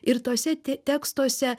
ir tuose t tekstuose